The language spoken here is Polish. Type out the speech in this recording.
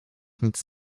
nic